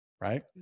right